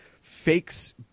fakes